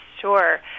sure